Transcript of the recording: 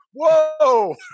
whoa